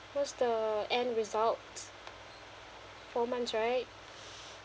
what's the end results four months right